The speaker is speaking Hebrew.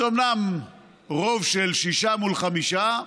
זה אומנם רוב של שישה מול חמישה,